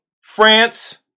France